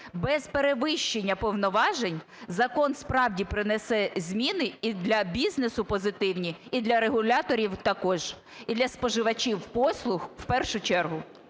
без перевищення повноважень закон, справді, принесе зміни і для бізнесу позитивні, і для регуляторів також, і для споживачів послуг в першу чергу.